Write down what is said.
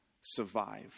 survive